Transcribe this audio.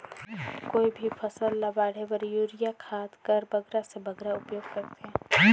कोई भी फसल ल बाढ़े बर युरिया खाद कर बगरा से बगरा उपयोग कर थें?